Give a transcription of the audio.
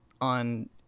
on